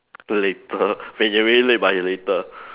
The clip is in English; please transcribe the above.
later when you're really late but later